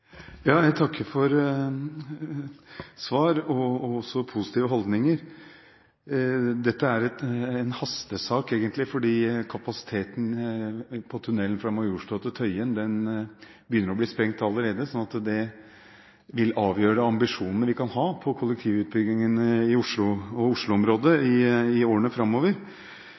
Jeg takker for svaret og også positive holdninger. Dette er en hastesak, egentlig, fordi kapasiteten på tunnelen fra Majorstua til Tøyen begynner å bli sprengt allerede. Så det vil avgjøre ambisjonene vi kan ha på kollektivutbyggingen i Oslo og Oslo-området i årene framover.